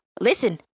listen